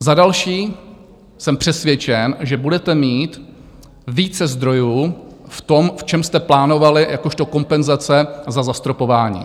Za další, jsem přesvědčen, že budete mít více zdrojů v tom, v čem jste plánovali jakožto kompenzace za zastropování.